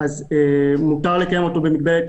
מותר לקיים אותו במגבלת